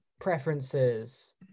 Preferences